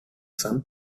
some